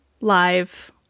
live